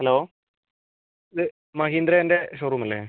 hello ഇത് മഹീന്ദ്രേൻ്റെ showroom അല്ലേ